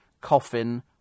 coffin